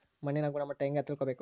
ಮಣ್ಣಿನ ಗುಣಮಟ್ಟ ಹೆಂಗೆ ತಿಳ್ಕೊಬೇಕು?